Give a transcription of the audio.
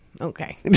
okay